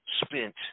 spent